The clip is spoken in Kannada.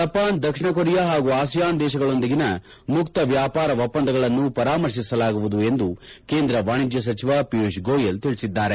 ಜಪಾನ್ ದಕ್ಷಿಣ ಕೊರಿಯಾ ಹಾಗೂ ಅಸಿಯಾನ್ ದೇಶಗಳೊಂದಿಗಿನ ಮುಕ್ತ ವ್ಯಾಪಾರ ಒಪ್ಪಂದಗಳನ್ನು ಪರಾಮರ್ಶಿಸಲಾಗುವುದು ಎಂದು ಕೇಂದ್ರ ವಾಣಿಜ್ಯ ಸಚಿವ ಪಿಯೂಷ್ ಗೋಯಲ್ ತಿಳಿಸಿದ್ದಾರೆ